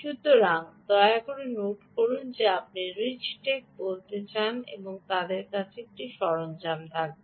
সুতরাং দয়া করে নোট করুন যদি আপনি রিচটেক বলতে যান তবে তাদের কাছে একটি সরঞ্জাম থাকবে